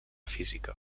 física